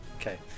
Okay